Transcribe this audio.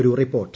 ഒരു റിപ്പോർട്ട്